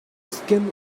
skin